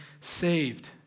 saved